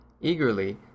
Eagerly